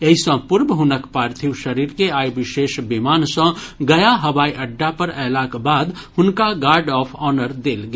एहि सॅ पूर्व हुनक पार्थिव शरीर के आइ विशेष विमान सॅ गया हवाई अड्डा पर अयलाक बाद हुनका गार्ड ऑफ आर्नर देल गेल